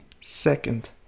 second